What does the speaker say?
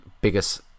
biggest